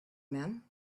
men